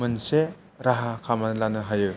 मोनसे राहा खालामनानै लानो हायो